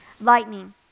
Lightning